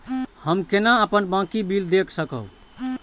हम केना अपन बाँकी बिल देख सकब?